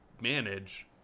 manage